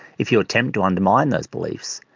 if you attempt to undermine those beliefs,